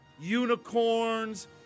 unicorns